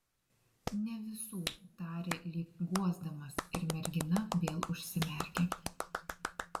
ne visų tarė lyg guosdamas ir mergina vėl užsimerkė